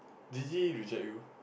did he reject you